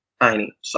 tiny